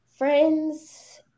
Friends